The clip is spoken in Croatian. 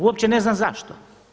Uopće ne znam zašto.